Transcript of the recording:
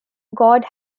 god